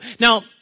Now